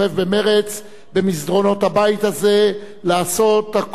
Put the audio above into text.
במסדרונות הבית הזה לעשות הכול למען שולחיו,